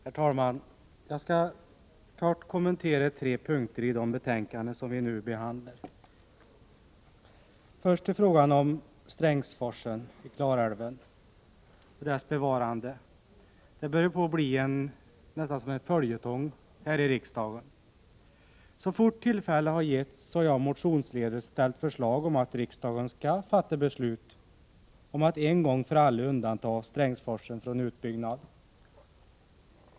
Herr talman! Jag skall kortfattat kommentera tre punkter i de betänkanden som vi nu behandlar. Frågan om Strängsforsen och dess bevarande börjar på att bli en följetong här i riksdagen. Så fort tillfälle har givits har jag motionsledes framställt förslag om att riksdagen skall fatta beslut om att en gång för alla undanta Strängsforsen från utbyggnad.